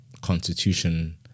constitution